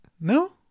no